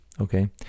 okay